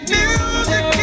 music